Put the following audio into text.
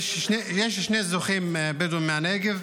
יש שני זוכים בדואים מהנגב.